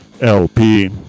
LP